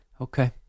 Okay